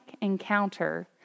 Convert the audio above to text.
encounter